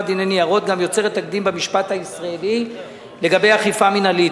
דיני ניירות וגם יוצרת תקדים במשפט הישראלי לגבי אכיפה מינהלית.